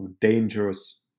dangerous